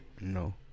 No